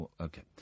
okay